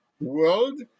world